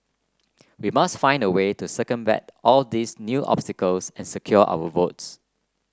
we must find a way to circumvent all these new obstacles and secure our votes